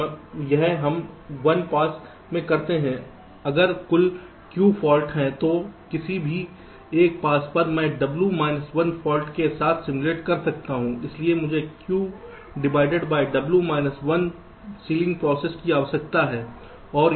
तो यह हम 1 पास में करते हैं अगर कुल q फाल्ट हैं तो किसी भी एक पास पर मैं W माइनस 1 फाल्ट के साथ सिमुलेट कर सकता हूं इसलिए मुझे q divide by W minus 1 ceiling passes की आवश्यकता है